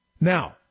Now